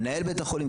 מנהל בית החולים,